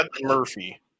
Murphy